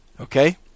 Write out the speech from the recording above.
Okay